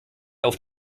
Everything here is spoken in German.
auf